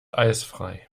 eisfrei